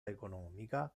economica